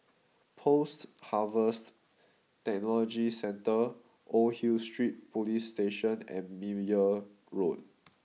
Post Harvest Technology Centre Old Hill Street Police Station and Meyer Road